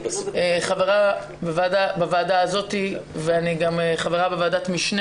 אני חברה בוועדה הזאת ואני גם חברה בוועדת משנה